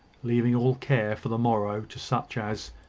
leaving all care for the morrow to such as,